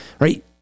right